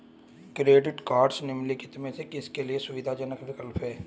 Credit cards निम्नलिखित में से किसके लिए सुविधाजनक विकल्प हैं?